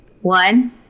One